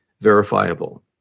verifiable